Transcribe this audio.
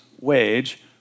wage